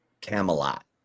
Camelot